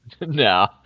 No